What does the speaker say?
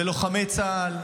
בלוחמי צה"ל,